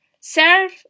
serve